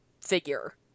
figure